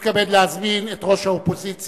ומתכבד להזמין את ראש האופוזיציה,